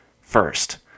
First